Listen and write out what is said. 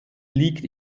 liegt